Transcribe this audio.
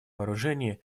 вооружения